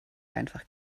einfach